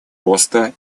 роста